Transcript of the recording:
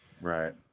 Right